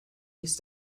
used